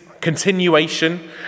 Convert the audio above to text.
continuation